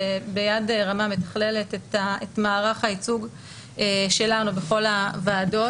וביד רמה מתכללת את מערך הייצוג שלנו בכל הוועדות.